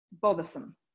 bothersome